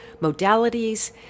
modalities